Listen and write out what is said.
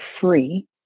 free